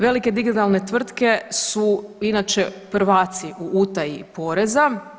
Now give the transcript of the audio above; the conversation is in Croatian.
Velike digitalne tvrtke su inače prvaci u utaji poreza.